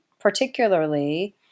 particularly